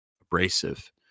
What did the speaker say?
abrasive